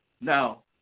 now